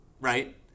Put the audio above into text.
Right